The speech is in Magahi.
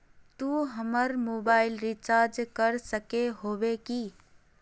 तू हमर मोबाईल रिचार्ज कर सके होबे की?